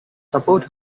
support